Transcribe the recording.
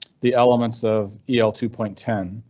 the elements of l two point ten.